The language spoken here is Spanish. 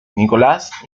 nicolás